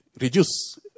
reduce